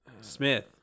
Smith